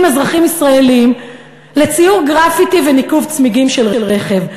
אזרחים ישראלים לציור גרפיטי וניקוב צמיגים של רכב?